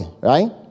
right